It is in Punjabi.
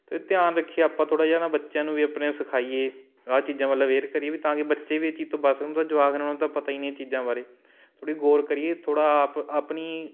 ਅਤੇ ਧਿਆਨ ਰੱਖੀਏ ਆਪਾਂ ਥੋੜ੍ਹਾ ਜਾ ਨਾ ਬੱਚਿਆਂ ਨੂੰ ਵੀ ਆਪਣੇ ਸਿਖਾਈਏ ਆਹ ਚੀਜ਼ਾਂ ਵੱਲ ਅਵੇਅਰ ਕਰੀਏ ਵੀ ਤਾਂ ਕਿ ਬੱਚੇ ਵੀ ਇਹ ਚੀਜ਼ ਤੋਂ ਬਚ ਸਕਣ ਤਾਂ ਜਵਾਕ ਨੂੰ ਤਾਂ ਪਤਾ ਹੀ ਨਹੀਂ ਇਹ ਚੀਜ਼ਾਂ ਬਾਰੇ ਥੋੜ੍ਹੀ ਗੌਰ ਕਰੀਏ ਥੋੜ੍ਹਾ ਆਪ ਆਪਣੀ